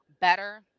better